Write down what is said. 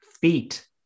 feet